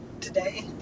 today